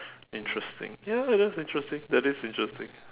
interesting ya that's interesting that is interesting